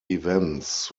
events